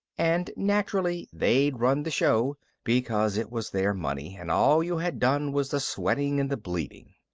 and, naturally, they'd run the show because it was their money and all you had done was the sweating and the bleeding.